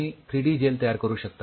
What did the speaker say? तुम्ही three D gel तयार करू शकता